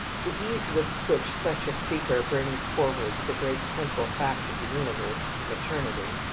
the ease with which such a speaker brings forward the great central fact of the universe, maternity,